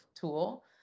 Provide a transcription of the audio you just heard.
tool